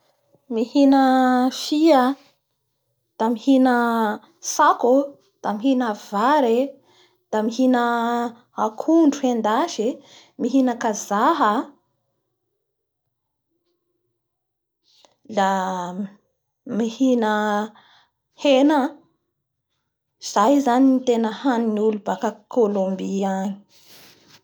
Mihina fia, da mihina tsako oo!da mihina vary e! Da mihina akondro hendasy e! Mihina kazaha la mihina hena zay zano no tena hanin'olo baka Colombie any.